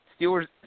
Steelers